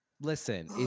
Listen